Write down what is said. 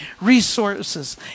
resources